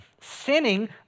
sinning